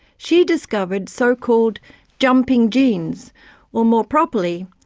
she discovered so-called jumping genes or, more properly,